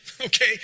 okay